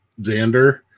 Xander